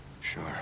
Sure